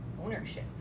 ownership